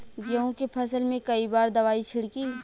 गेहूँ के फसल मे कई बार दवाई छिड़की?